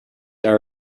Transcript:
are